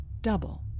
double